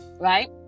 right